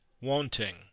wanting